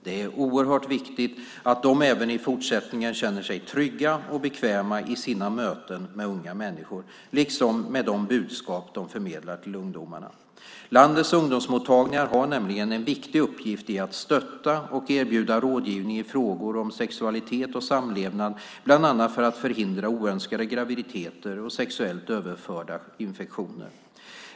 Det är oerhört viktigt att de även i fortsättningen känner sig trygga och bekväma i sina möten med unga människor, liksom med de budskap de förmedlar till ungdomarna. Landets ungdomsmottagningar har nämligen en viktig uppgift i att stötta och erbjuda rådgivning i frågor om sexualitet och samlevnad, bland annat för att förhindra oönskade graviditeter och sexuellt överförda infektioner.